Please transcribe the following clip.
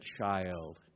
child